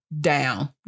down